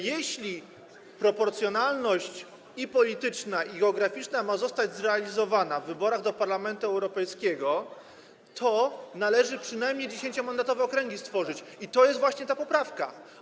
Jeśli proporcjonalność - i polityczna, i geograficzna - ma zostać zrealizowana w wyborach do Parlamentu Europejskiego, należy stworzyć przynajmniej 10-mandatowe okręgi, i to jest właśnie ta poprawka.